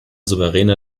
souveräne